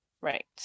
right